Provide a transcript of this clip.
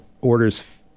orders